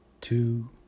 two